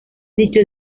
dicho